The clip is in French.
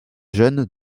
jeunes